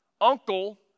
uncle